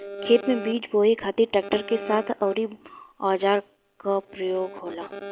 खेत में बीज बोए खातिर ट्रैक्टर के साथ कउना औजार क उपयोग होला?